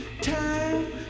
time